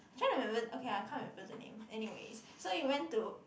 trying to remember okay I can't remember the name anyways so we went to